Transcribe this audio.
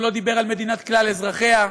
הוא לא דיבר על מדינת כלל אזרחיה,